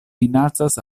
minacas